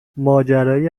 ماجرای